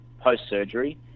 post-surgery